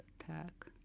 attack